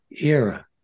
era